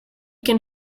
can